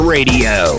Radio